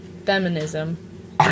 Feminism